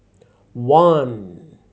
one